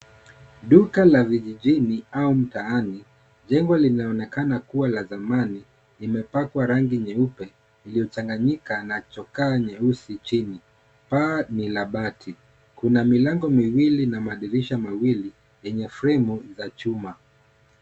Duka la vijijini au mtaani jengo linaonekana kua la zamani limepakwa rangi nyeupe ilio changanyika na chokaa nyeusi chini. Paa ni la bati kuna milango miwili na madirisha mawili yenye fremu za chuma.